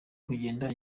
kugenda